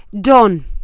done